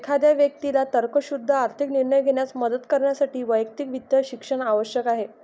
एखाद्या व्यक्तीला तर्कशुद्ध आर्थिक निर्णय घेण्यास मदत करण्यासाठी वैयक्तिक वित्त शिक्षण आवश्यक आहे